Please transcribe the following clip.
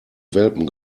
welpen